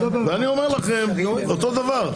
ואני אומר לכם אותו דבר,